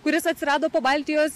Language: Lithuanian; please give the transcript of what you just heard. kuris atsirado po baltijos